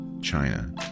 China